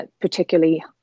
particularly